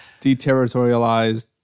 deterritorialized